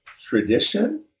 tradition